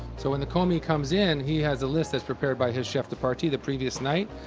so when the commis comes in, he has a list that's prepared by his chef de partie the previous night.